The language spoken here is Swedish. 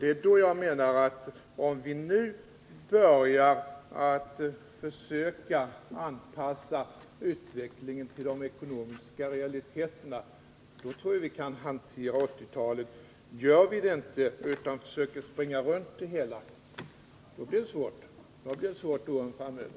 Det är därför jag säger att om vi nu börjar försöka anpassa utvecklingen till de ekonomiska realiteterna, så tror jag vi kan hantera 1980-talet. Gör vi inte det, utan försöker springa runt problemet, då blir det svårt åren framöver.